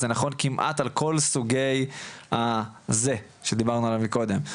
זה נכון כמעט על כל סוגי ה"זה" שדיברנו עליו מקודם,